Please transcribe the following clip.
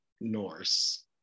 Norse